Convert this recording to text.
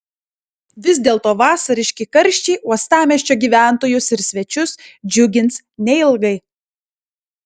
vis dėlto vasariški karščiai uostamiesčio gyventojus ir svečius džiugins neilgai